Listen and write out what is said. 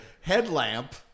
headlamp